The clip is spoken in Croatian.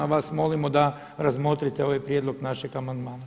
A vas molimo da razmotrite ovaj prijedlog našeg amandmana.